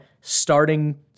starting